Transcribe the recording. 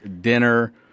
dinner